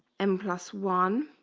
n plus one